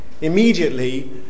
Immediately